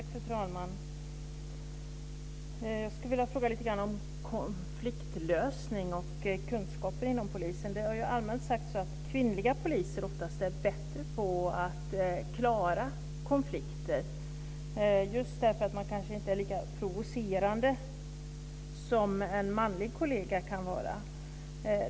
Fru talman! Jag skulle vilja fråga lite grann om kunskaper om konfliktlösning inom polisen. Det har allmänt sagts att kvinnliga poliser oftast är bättre på att klara konflikter, just därför att de kanske inte är lika provocerande som manliga kolleger kan vara.